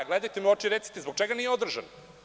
Gledajte me u oči i recite – zbog čega nije održan?